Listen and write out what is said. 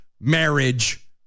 marriage